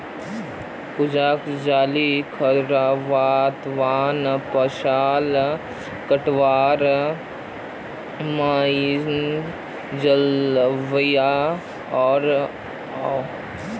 पूजाक जलीय खरपतवार फ़सल कटवार मशीन चलव्वा ओस छेक